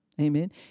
Amen